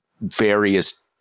various